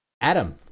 Adam